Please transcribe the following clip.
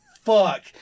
fuck